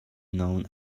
known